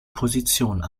position